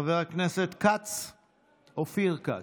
חבר הכנסת אופיר כץ.